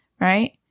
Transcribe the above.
Right